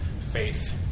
faith